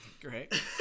great